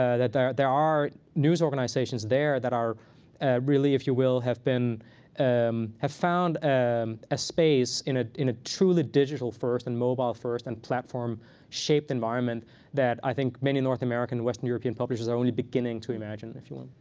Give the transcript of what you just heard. ah that there there are news organizations there that are really, if you will, have been um have found and a space in ah in a truly digital first and mobile first and platform-shaped environment that i think many north american and western european publishers are only beginning to imagine, if you will.